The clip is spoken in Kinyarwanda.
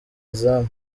izamu